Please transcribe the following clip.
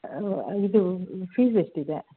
ಇದು ಫೀಸ್ ಎಷ್ಟಿದೆ